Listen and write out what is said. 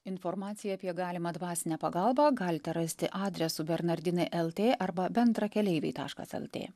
informaciją apie galimą dvasinę pagalbą galite rasti adresu bernardinai lt arba bendrakeleiviai taškas lt